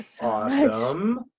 Awesome